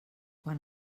quan